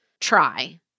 try